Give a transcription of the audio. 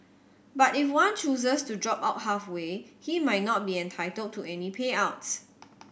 but if one chooses to drop out halfway he might not be entitled to any payouts